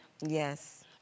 Yes